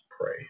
pray